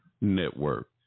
Network